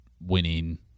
winning